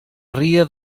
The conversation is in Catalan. ria